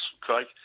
Craig